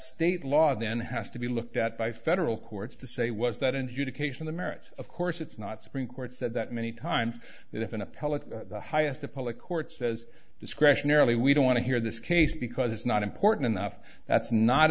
state law then has to be looked at by federal courts to say was that an education the merits of course it's not supreme court said that many times that if an appellate the highest the public court says discretionary we don't want to hear this case because it's not important enough that's not